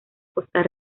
costa